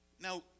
Now